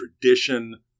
tradition